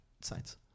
sites